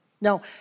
Now